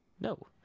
No